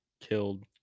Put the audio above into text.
killed